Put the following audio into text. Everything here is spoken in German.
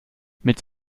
mit